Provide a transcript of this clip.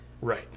Right